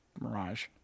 Mirage